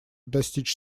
достичь